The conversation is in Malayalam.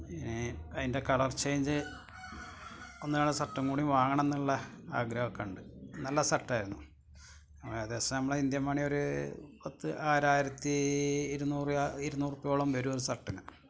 അതിന്റെ കളര് ചെയിഞ്ച് ഒന്ന് രണ്ട് സര്ട്ട് കൂടി വാങ്ങണമെന്നുള്ള ആഗ്രഹം ഒക്കെ ഉണ്ട് നല്ല സര്ട്ട് ആയിരുന്നു ഏകദേശം നമ്മളെ ഇന്ത്യന് മണി ഒരു പത്ത് ആയിരം ആയിരത്തി ഇരുന്നൂറ് ഇരുന്നൂറുപ്യയോളം വരും ആ സര്ട്ടിന്